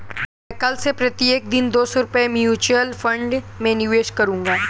मैं कल से प्रत्येक दिन दो सौ रुपए म्यूचुअल फ़ंड में निवेश करूंगा